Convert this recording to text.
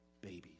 babies